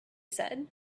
said